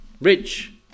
rich